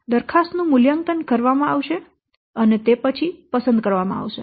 દરખાસ્તો નું મૂલ્યાંકન કરવામાં આવશે અને તે પછી પસંદ કરવામાં આવશે